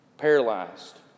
paralyzed